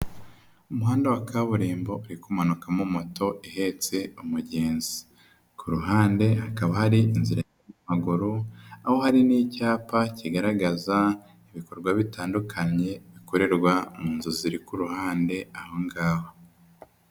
Umuhanda wa kaburimbo uri kumanukamo moto ihetse amagenzi. Ku ruhande hakaba hari inzira y'abanyamaguru, aho hari n'icyapa kigaragaza ibikorwa bitandukanye, bikorerwa mu nzu ziri ku ruhande aho ngaho.